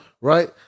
Right